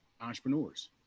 entrepreneurs